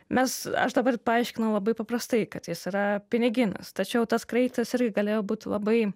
mes aš dabar paaiškinau labai paprastai kad jis yra piniginis tačiau tas kraitis irgi galėjo būt labai